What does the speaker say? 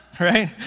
right